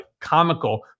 comical